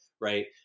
Right